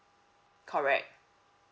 correct